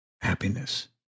happiness